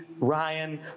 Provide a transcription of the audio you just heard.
Ryan